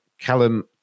callum